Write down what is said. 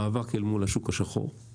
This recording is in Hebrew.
מאבק אל מול השוק המזומן,